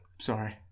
Sorry